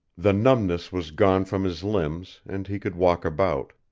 the numbness was gone from his limbs and he could walk about.